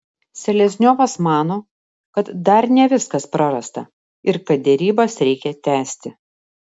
selezniovas mano kad dar ne viskas prarasta ir kad derybas reikia tęsti